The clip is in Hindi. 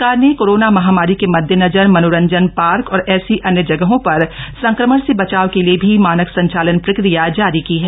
सरकार ने कोरोना महामारी के मददेनजर मनोरजंन पार्क और ऐसी अन्य जगहों पर संक्रमण से बचाव के लिए भी मानक संचालन प्रक्रिया जारी की है